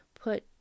put